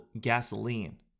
gasoline